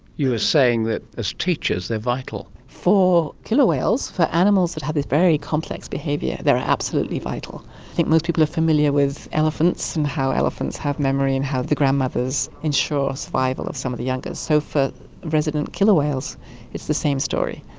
you were saying that as teachers they are vital. for killer whales, for animals that have this very complex behaviour, they are absolutely vital. i think most people are familiar with elephants and how elephants have memory and how the grandmothers ensure survival of some of the youngest. so for resident killer whales it's the same story.